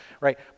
right